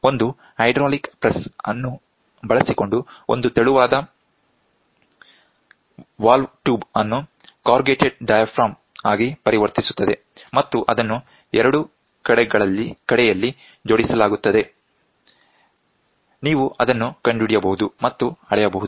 ಒಂದು ಹೈಡ್ರಾಲಿಕ್ ಪ್ರೆಸ್ಅನ್ನು ಬಳಸಿಕೊಂಡು ಒಂದು ತೆಳುವಾದ ವಾಲ್ವ್ಟ್ಯೂಬ್ಅನ್ನು ಕಾರ್ರುಗೇಟೆಡ್ ಡಯಾಫ್ರಮ್ ಆಗಿ ಪರಿವರ್ತಿಸುತ್ತದೆ ಮತ್ತು ಅದನ್ನು ಎರಡೂ ಕಡೆಯಲ್ಲಿ ಜೋಡಿಸಲಾಗುತ್ತದೆ ನೀವು ಅದನ್ನು ಕಂಡುಹಿಡಿಯಬಹುದು ಮತ್ತು ಅಳೆಯಬಹುದು